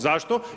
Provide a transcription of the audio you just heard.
Zašto?